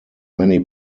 many